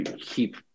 keep